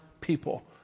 people